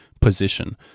position